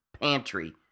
pantry